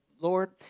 Lord